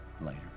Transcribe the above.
later